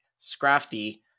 Scrafty